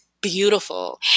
beautiful